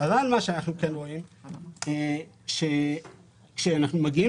אבל מה שאנחנו כן רואים זה שכאשר אנחנו מגיעים